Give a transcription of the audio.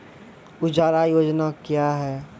उजाला योजना क्या हैं?